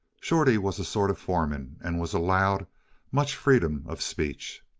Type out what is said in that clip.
shorty was a sort of foreman, and was allowed much freedom of speech.